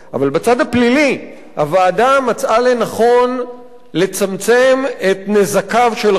אבל בצד הפלילי הוועדה מצאה לנכון לצמצם את נזקיו של החוק,